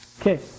Okay